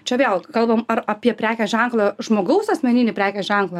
čia vėl kalbam ar apie prekės ženklą žmogaus asmeninį prekės ženklą